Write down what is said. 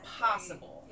possible